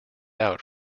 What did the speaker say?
out